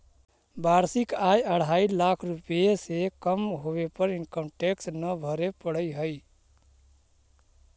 वार्षिक आय अढ़ाई लाख रुपए से कम होवे पर इनकम टैक्स न भरे पड़ऽ हई